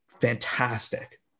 fantastic